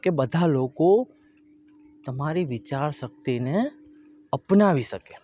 કે બધા લોકો તમારી વિચાર શક્તિને અપનાવી શકે